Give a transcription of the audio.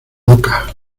loca